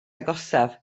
agosaf